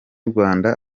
rwanda